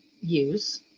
use